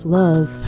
love